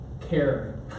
care